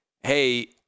hey –